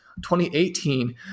2018